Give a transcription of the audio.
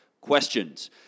questions